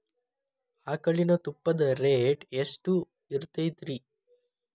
ಆಕಳಿನ ತುಪ್ಪದ ರೇಟ್ ಎಷ್ಟು ಇರತೇತಿ ರಿ?